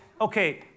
okay